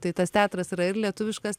tai tas teatras yra ir lietuviškas